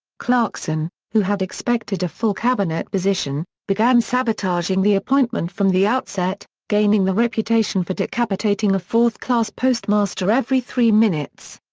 clarkson, who had expected a full cabinet position, began sabotaging the appointment from the outset, gaining the reputation for decapitating a fourth class postmaster every three minutes.